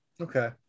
Okay